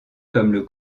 comme